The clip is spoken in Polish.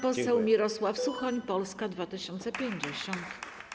Pan poseł Mirosław Suchoń, Polska 2050.